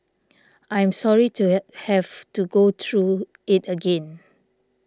I am sorry to have to go through it again